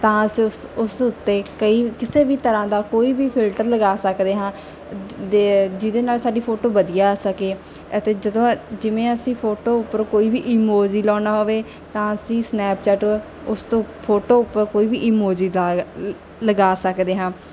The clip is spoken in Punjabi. ਤਾਂ ਅਸੀਂ ਉਸ ਉਸ ਉੱਤੇ ਕਈ ਕਿਸੇ ਵੀ ਤਰ੍ਹਾਂ ਦਾ ਕੋਈ ਵੀ ਫਿਲਟਰ ਲਗਾ ਸਕਦੇ ਹਾਂ ਜੇ ਜਿਹਦੇ ਨਾਲ ਸਾਡੀ ਫੋਟੋ ਵਧੀਆ ਆ ਸਕੇ ਅਤੇ ਜਦੋਂ ਜਿਵੇਂ ਅਸੀਂ ਫੋਟੋ ਉੱਪਰ ਕੋਈ ਵੀ ਇਮੋਜੀ ਲਾਉਣਾ ਹੋਵੇ ਤਾਂ ਅਸੀਂ ਸਨੈਪਚੈਟ ਉਸ ਤੋਂ ਫੋਟੋ ਉੱਪਰ ਕੋਈ ਵੀ ਇਮੋਜੀ ਦਾ ਲਗਾ ਸਕਦੇ ਹਾਂ